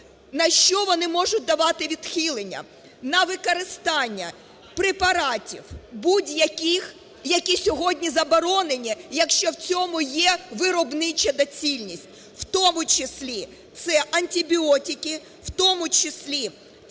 На що вони можуть давати відхилення? На використання препаратів будь-яких, які сьогодні заборонені, якщо в цьому є виробнича доцільність, в тому числі, це антибіотики, в тому числі, це